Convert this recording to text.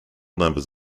numbers